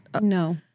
No